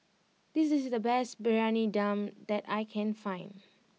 this is the best Briyani Dum that I can find